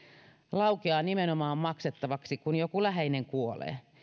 laukeaa maksettavaksi nimenomaan silloin kun joku läheinen kuolee